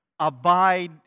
abide